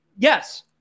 yes